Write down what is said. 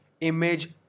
Image